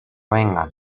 vengan